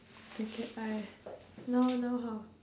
okay I now now how